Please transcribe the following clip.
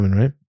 right